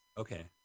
Okay